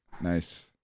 Nice